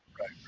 Right